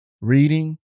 reading